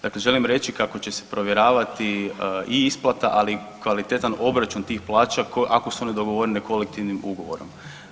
Dakle, želim reći kako će se provjeravati i isplata, ali i kvalitetan obračun tih plaća ako su one dogovorene kolektivnim ugovorom.